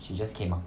she just came out